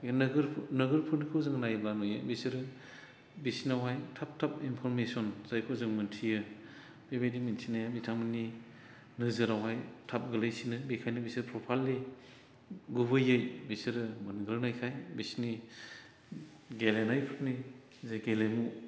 बे नोगोरफोरखौ जों नायोब्ला नुयो बिसोरो बिसोरनावहाय थाब थाब इन्फ'रमेसन जायखौ जों मिनथियो बेबायदि मिनथिनाया बिथांमोननि नोजोरावहाय थाब गोलैसिनो बेनिखायनो बिसोरो प्रपारलि गुबैयै बिसोरो मोनग्रोनायखाय बिसोरनि गेलेनायफोरनि जा गेलेमु